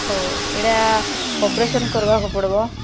ହଉ ଏଇଟା ଅପରେସନ୍ କରିବାକୁ ପଡ଼ିବ